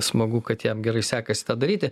smagu kad jam gerai sekasi tą daryti